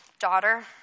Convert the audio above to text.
daughter